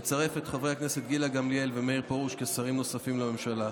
לצרף את חברי הכנסת גילה גמליאל ומאיר פרוש כשרים נוספים לממשלה.